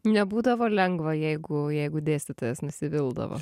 nebūdavo lengva jeigu jeigu dėstytojas nusivildavo